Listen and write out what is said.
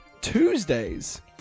Tuesdays